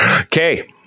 Okay